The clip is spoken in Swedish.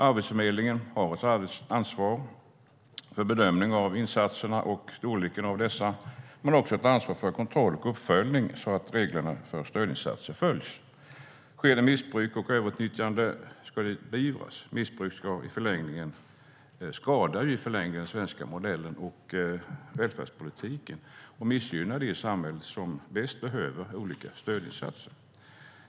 Arbetsförmedlingen har ett ansvar för bedömning av insatserna och storleken på dessa, och man har också ett ansvar för kontroll och uppföljning av att reglerna för stödinsatser följs. Sker det missbruk och överutnyttjande ska det beivras. Missbruk skadar i förlängningen den svenska modellen och välfärdspolitiken och missgynnar dem i samhället som bäst behöver olika stödinsatser.